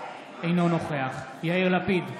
אינו נוכח יאיר לפיד,